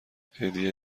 هدیه